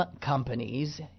companies